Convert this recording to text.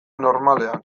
normalean